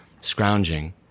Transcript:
scrounging